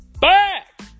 back